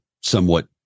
somewhat